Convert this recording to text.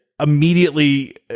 Immediately